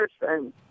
person